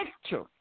picture